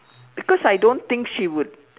because I don't think she would